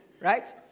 Right